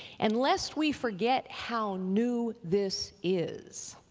and lest we forget how new this is,